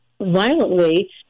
violently